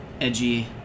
edgy